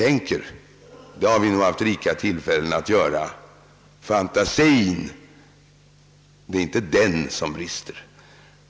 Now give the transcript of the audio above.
Att tänka har vi nog haft rikliga tillfällen att göra; det är inte i fråga om fantasien som det brister.